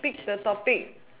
pick the topic